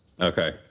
okay